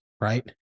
right